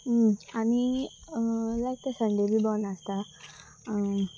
आनी लायक ते संडे बी बंद आसता